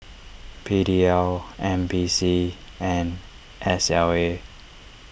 P D L N P C and S L A